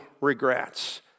regrets